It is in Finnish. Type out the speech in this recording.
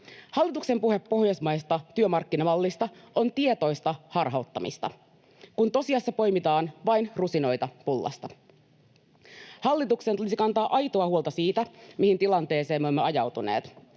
Hallituksen puhe pohjoismaisesta työmarkkinamallista on tietoista harhauttamista, kun tosiasiassa poimitaan vain rusinoita pullasta. Hallituksen tulisi kantaa aitoa huolta siitä, mihin tilanteeseen me olemme ajautuneet: